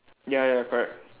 ya ya correct